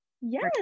Yes